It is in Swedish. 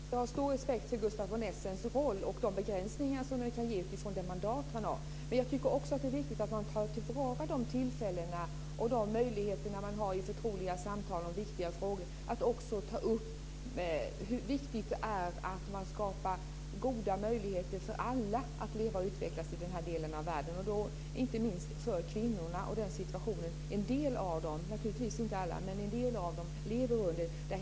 Fru talman! Jag har stor respekt för Gustaf von Essens roll och de begränsningar som finns utifrån det mandat han har. Men jag tycker också att det är viktigt att ta vara på de möjligheter man har i förtroliga samtal om viktiga frågor att ta upp vikten av att skapa goda möjligheter för alla att leva och utvecklas i den här delen av världen. Jag tänker då inte minst på kvinnorna och den situation en del av dem, naturligtvis inte alla, lever under.